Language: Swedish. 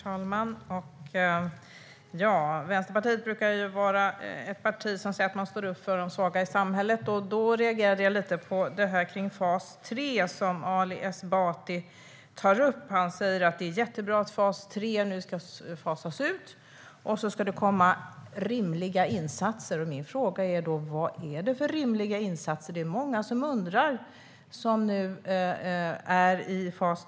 Herr talman! Vänsterpartiet brukar säga att man står upp för de svaga i samhället. Därför reagerade jag lite på det Ali Esbati tog upp om fas 3. Han sa att det är jättebra att fas 3 ska fasas ut och att det ska komma rimliga insatser. Vad är det för rimliga insatser? Det är det många i fas 3 som undrar.